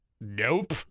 Nope